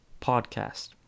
podcast